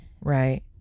Right